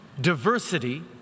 diversity